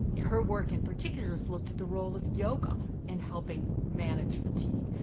her work in particular has looked at the role of yoga in helping manage fatigue.